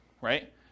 right